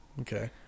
okay